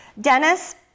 Dennis